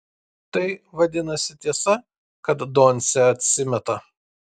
tai vadinasi tiesa kad doncė atsimeta